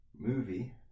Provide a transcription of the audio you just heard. movie